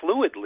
fluidly